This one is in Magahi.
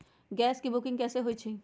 गैस के बुकिंग कैसे होईछई?